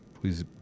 Please